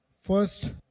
First